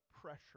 pressure